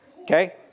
Okay